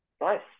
Nice